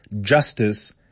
justice